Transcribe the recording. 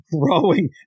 growing